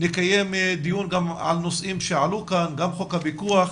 נקיים דיון על נושאים שעלו כאן - גם חוק הפיקוח,